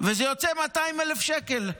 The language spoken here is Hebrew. וזה יוצא 200,000 שקל,